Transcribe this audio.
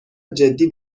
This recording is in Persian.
جدی